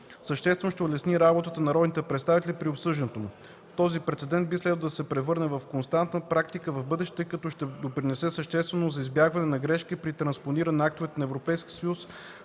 съществено ще улесни работата на народните представители при обсъждането му. Този прецедент би следвало да се превърне в константна практика в бъдеще, тъй като ще допринесе съществено за избягване на грешки при транспонирането на актовете на Европейския съюз